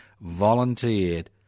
volunteered